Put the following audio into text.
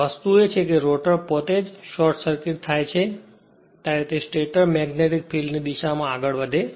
વસ્તુ એ છે કે રોટર પોતે જ શોર્ટ સર્કિટ થાય છે ત્યારે તે સ્ટેટર મેગ્નેટીક ફિલ્ડની દિશામાં આગળ વધે છે